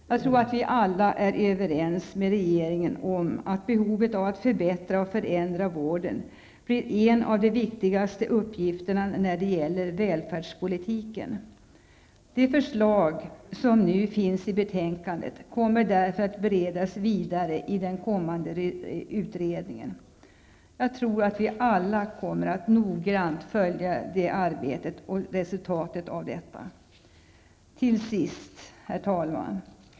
Jag tror att vi alla är överens med regeringen om att behovet av att förbättra och förändra vården blir en av de viktigaste uppgifterna när det gäller välfärdspolitiken. De förslag som nu finns i betänkandet kommer därför att beredas vidare i den kommande utredningen. Jag tror att vi alla noggrant kommer att följa detta arbete och resultatet av det. Herr talman!